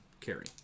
carry